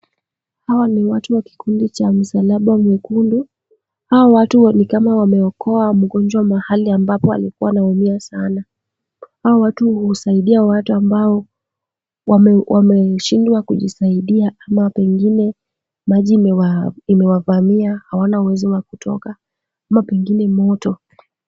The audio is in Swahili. Hawa ni watu wa kikundi cha msalaba mwekundu. Hawa watu ni kama wameokoa mgonjwa mahali ambapo alikuwa anaumia sana. Hawa watu husaidia watu ambao wameshindwa kujisaidia ama pengine maji imewavamia hawana uwezo wa kutoka, ama pengine moto.